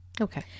Okay